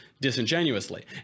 disingenuously